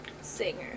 singer